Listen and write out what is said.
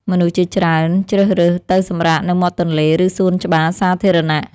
មនុស្សជាច្រើនជ្រើសរើសទៅសម្រាកនៅមាត់ទន្លេ ឬសួនច្បារសាធារណៈ។